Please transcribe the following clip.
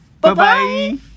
Bye-bye